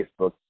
Facebook